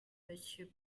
monsieur